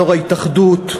יו"ר ההתאחדות,